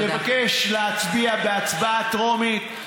אני מבקש להצביע בהצבעה טרומית,